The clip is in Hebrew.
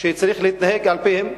שצריך להתנהג על-פיהם,